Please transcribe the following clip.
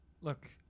Look